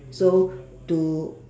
so to